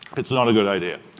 it's not a good idea.